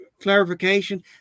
Clarification